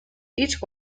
each